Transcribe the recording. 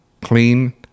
clean